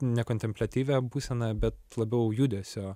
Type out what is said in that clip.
ne kontempliatyvią būseną bet labiau judesio